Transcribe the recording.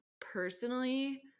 personally